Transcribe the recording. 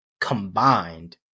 combined